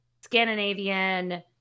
Scandinavian